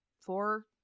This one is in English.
four